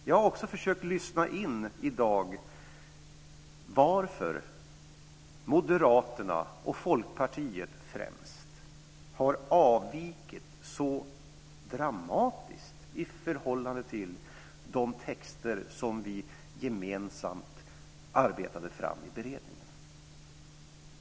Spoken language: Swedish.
Jag har också försökt att i dag lyssna in varför främst Moderaterna och Folkpartiet har avvikit så dramatiskt i förhållande till de texter som vi gemensamt arbetade fram i beredningen.